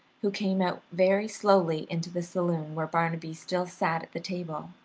who came out very slowly into the saloon where barnaby still sat at the table.